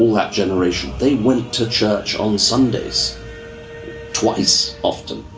that generation, they went to church on sundays twice often.